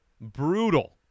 brutal